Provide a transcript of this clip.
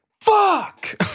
Fuck